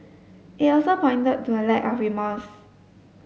it also pointed to a lack of remorse